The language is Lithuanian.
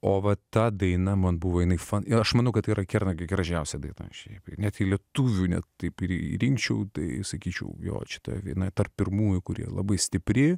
o va ta daina man buvo jinai fan ir aš manau kad yra kernagio gražiausia daina šiaip net į lietuvių ne taip ir rimčiau tai sakyčiau jog čia ta viena tarp pirmųjų kurie labai stipri